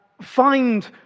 find